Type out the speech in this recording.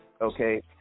Okay